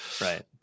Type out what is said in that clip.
Right